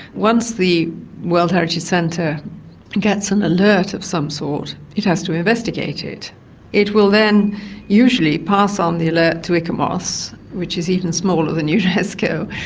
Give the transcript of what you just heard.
once the world heritage centre gets an alert of some sort, it has to investigate it. it will then usually pass um the alert to icomos which is even smaller than unesco,